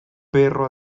perro